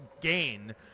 gain